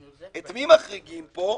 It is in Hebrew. את מי מחריגים פה?